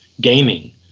gaming